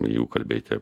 jau kalbėti apie